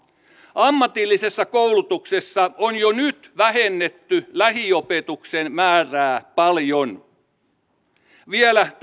ammatillisessa koulutuksessa on jo nyt vähennetty lähiopetuksen määrää paljon vielä